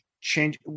change